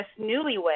newlywed